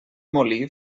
molí